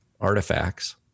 artifacts